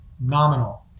nominal